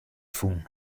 fûn